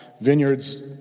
vineyards